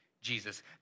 Jesus